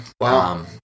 Wow